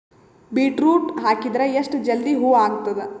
Beetroot ಹಾಕಿದರ ಎಷ್ಟ ಜಲ್ದಿ ಹೂವ ಆಗತದ?